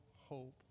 hope